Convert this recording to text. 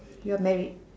you're married